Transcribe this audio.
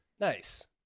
Nice